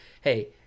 hey